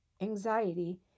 anxiety